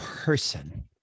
person